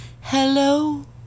Hello